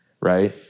Right